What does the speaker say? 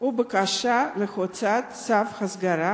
ו/או בקשה להוצאת צו הסגרה